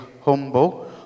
humble